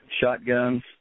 shotguns